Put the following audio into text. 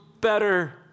better